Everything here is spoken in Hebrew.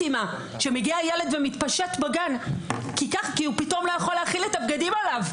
כשמגיע ילד ומתפשט בגן כי הוא פתאום לא יכול להכיל את הבגדים עליו?